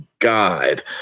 god